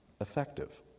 effective